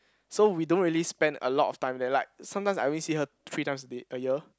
so we don't really spend a lot of time there like sometimes I only see her three times a day a year